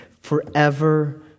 forever